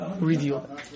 reveal